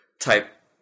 type